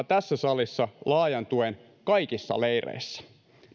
tässä salissa laajan tuen kaikissa leireissä